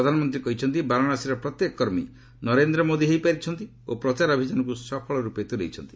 ପ୍ରଧାନମନ୍ତ୍ରୀ କହିଛନ୍ତି ବାରାଣସୀର ପ୍ରତ୍ୟେକ କର୍ମୀ ନରେନ୍ଦ୍ର ମୋଦି ହୋଇପାରିଛନ୍ତି ଓ ପ୍ରଚାର ଅଭିଯାନକୁ ସଫଳ ରୁପେ ତୁଲାଇଛନ୍ତି